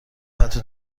پتو